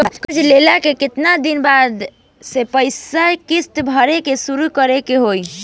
कर्जा लेला के केतना दिन बाद से पैसा किश्त भरे के शुरू करे के होई?